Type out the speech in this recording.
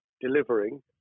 delivering